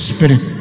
Spirit